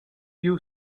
you